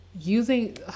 using